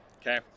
Okay